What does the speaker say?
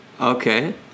Okay